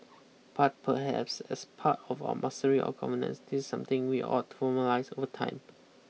but perhaps as part of our mastery of governance this is something we ought to formalise over time